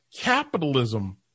capitalism